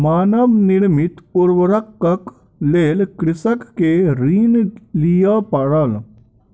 मानव निर्मित उर्वरकक लेल कृषक के ऋण लिअ पड़ल